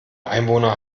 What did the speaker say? einwohner